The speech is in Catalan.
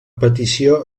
petició